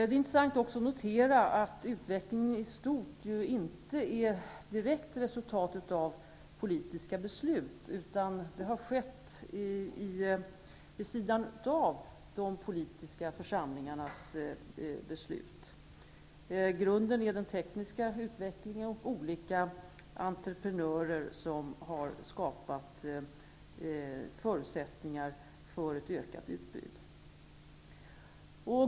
Det är också intressant att notera att utvecklingen i stort inte direkt är ett resultat av politiska beslut. Den har skett vid sidan av de politiska församlingarnas beslut. Grunden är den tekniska utvecklingen och olika entreprenörer som har skapat förutsättningar för ett ökat utbud.